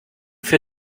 für